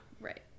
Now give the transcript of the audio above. Right